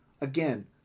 Again